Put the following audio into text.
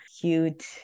cute